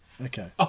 Okay